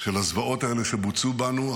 של הזוועות האלה שבוצעו בנו,